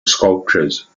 sculptures